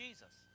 Jesus